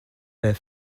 their